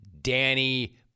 Danny